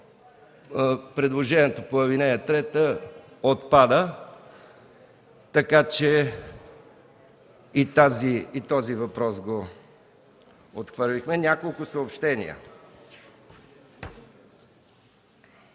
предложението по ал. 3 отпада. Така че и този въпрос го отхвърлихме. Няколко съобщения.